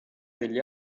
degli